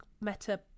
Meta